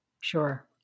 Sure